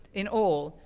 in all,